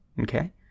okay